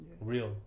Real